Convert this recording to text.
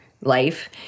life